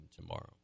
tomorrow